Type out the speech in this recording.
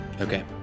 Okay